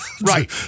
right